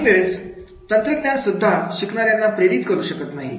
काही वेळेस तंत्रज्ञान सुद्धा शिकणाऱ्यांना प्रेरित करू शकत नाही